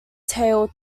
tale